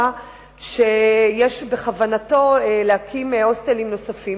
ואמר שיש בכוונתו להקים הוסטלים נוספים.